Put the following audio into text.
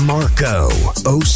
Marco